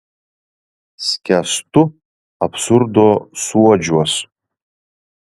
skęstu absurdo suodžiuos